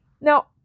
Now